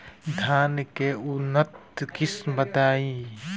धान के उन्नत किस्म बताई?